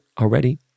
already